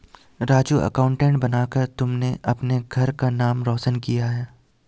Raju accountant बनकर तुमने अपने घर का नाम रोशन किया है